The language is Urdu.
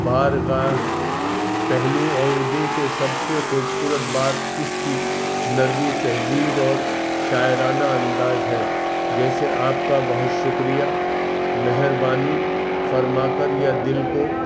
بارگاہ پہلو اور اردو کے سب سے خوبصورت بات اس کی نرمی تہذیب اور شاعرانہ انداز ہے جیسے آپ کا بہت شکریہ مہربانی فرما کر یا دل کو